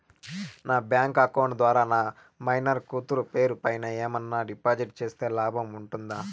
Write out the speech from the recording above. నా bank account ద్వారా నా మైనర్ కూతురు పేరు పైన ఏమన్నా డిపాజిట్లు సేస్తే లాభం ఉంటుందా?